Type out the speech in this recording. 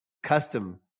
custom